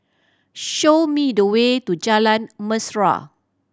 show me the way to Jalan Mesra